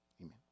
amen